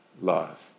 love